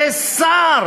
כשר,